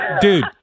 dude